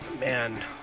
man